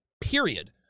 period